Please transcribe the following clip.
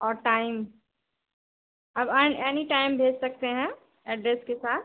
और टाइम अब an any time भेज सकते हैं एड्रेस के साथ